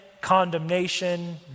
condemnation